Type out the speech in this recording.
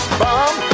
bomb